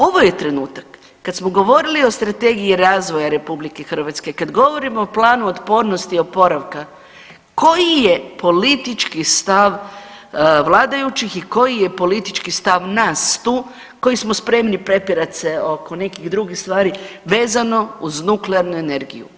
Ovo je trenutak kad smo govorili o strategiji razvoja RH, kad govorimo o Planu otpornosti i oporavka, koji je politički stav vladajućih i koji je politički stav nas tu koji smo spremni prepirat se oko nekih drugih stvari vezano uz nuklearnu energiju.